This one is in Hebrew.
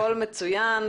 הכול מצוין,